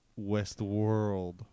Westworld